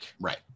Right